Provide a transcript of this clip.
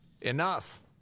Enough